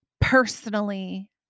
personally